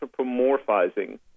anthropomorphizing